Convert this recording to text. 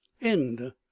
End